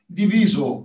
diviso